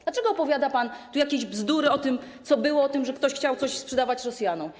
Dlaczego opowiada pan tu jakieś bzdury o tym, co było, o tym, że ktoś chciał coś sprzedawać Rosjanom?